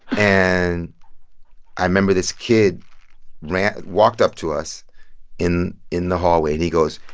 and i remember this kid ran walked up to us in in the hallway, and he goes,